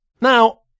Now